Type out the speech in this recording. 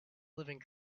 living